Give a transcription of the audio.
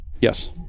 Yes